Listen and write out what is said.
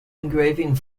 engraving